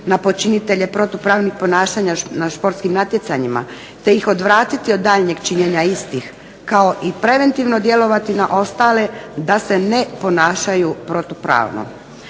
na počinitelje protupravnih ponašanja na športskim natjecanjima, te ih odvratiti od daljnjeg činjenja istih kao i preventivno djelovati na ostale da se ne ponašaju protupravno.